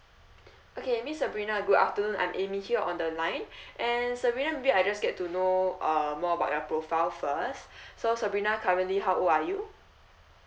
okay miss sabrina good afternoon I'm amy here on the line and sabrina may be I just get to know uh more about your profile first so sabrina currently how old are you